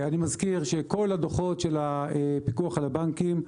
אני מזכיר שכל הדוחות של הפיקוח על הבנקים,